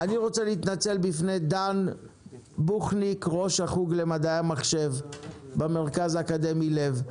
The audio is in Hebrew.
להתנצל בפני דן בוכניק ראש החוג למדעי המחשב במרכז האקדמי לב,